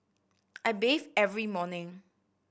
I bathe every morning